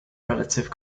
relative